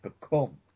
become